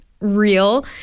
real